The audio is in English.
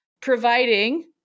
providing